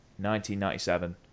1997